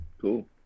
cool